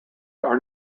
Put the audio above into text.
are